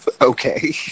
Okay